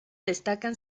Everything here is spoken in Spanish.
destacan